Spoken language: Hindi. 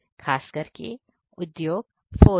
खास करके उद्योग 40